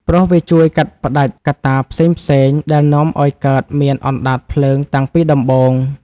ព្រោះវាជួយកាត់ផ្ដាច់កត្តាផ្សេងៗដែលនាំឱ្យកើតមានអណ្ដាតភ្លើងតាំងពីដំបូង។